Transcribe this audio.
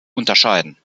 unterscheiden